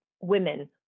women